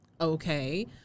okay